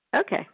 Okay